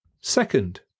Second